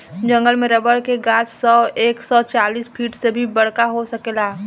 जंगल में रबर के गाछ सब एक सौ चालीस फिट से भी बड़का हो सकेला